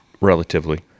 relatively